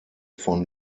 von